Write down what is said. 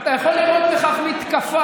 אתה יכול לראות בכך מתקפה.